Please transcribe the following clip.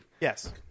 Yes